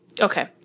Okay